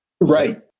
Right